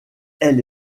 elle